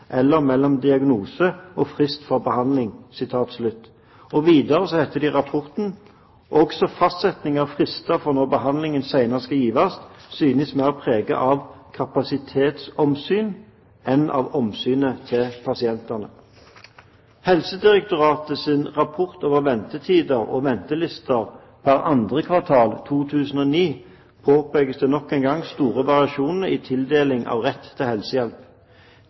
eller mellom diagnose og frist for behandling.» Videre heter det i rapporten: «Også fastsetjinga av fristar for når behandlinga seinast skal givast, synest meir prega av kapasitetsomsyn enn av omsynet til pasientane.» Helsedirektoratets rapport om ventetider og ventelister for andre kvartal 2009 påpekte nok en gang store variasjoner i tildeling av rett til helsehjelp: